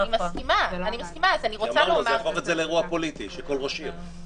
היא אמרה שזה יהפוך את זה לאירוע פוליטי של כל ראש עירייה.